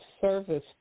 service